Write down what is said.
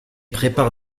prépare